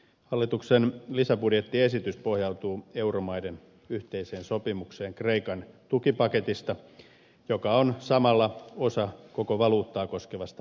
hallituksen lisäbudjettiesitys pohjautuu euromaiden yhteiseen sopimukseen kreikan tukipaketista joka on samalla osa koko valuuttaa koskevasta vakauttamispaketista